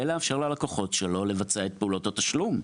לאפשר ללקוחות שלו לבצע את פעולות התשלום.